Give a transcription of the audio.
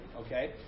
okay